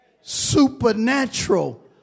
Supernatural